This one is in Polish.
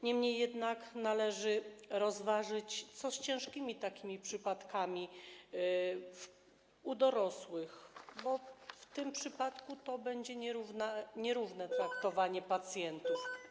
Niemniej jednak należy rozważyć, co z ciężkimi przypadkami u dorosłych, bo w tym przypadku to będzie nierówne traktowanie pacjentów.